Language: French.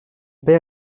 père